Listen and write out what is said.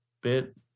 bit